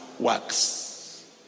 works